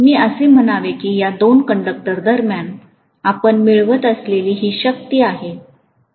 मी असे म्हणावे की या 2 कंडक्टर दरम्यान आपण मिळवत असलेली ही शक्ती आहे